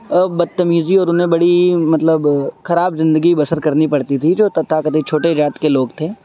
بدتمیزی اور انہیں بڑی مطلب خراب زندگی بسر کرنی پڑتی تھی جو تتھا کتھت چھوٹے جات کے لوگ تھے